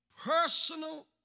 personal